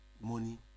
money